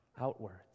outwards